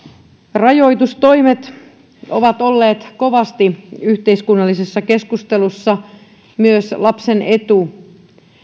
rajoitustoimet ovat olleet kovasti yhteiskunnallisessa keskustelussa myös lapsen etu